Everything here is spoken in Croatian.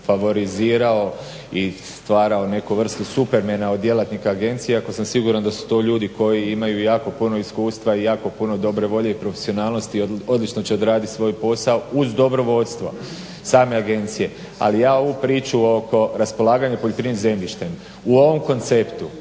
favorizirao i stvarao neku vrstu Supermana od djelatnika agencije iako sam siguran da su to ljudi koji imaju jako puno iskustva i jako puno dobre volje i profesionalnosti i odlično će odraditi svoj posao uz dobro vodstvo same agencije. Ali ja ovu priču oko raspolaganja poljoprivrednim zemljištem u ovom konceptu